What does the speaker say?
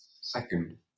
second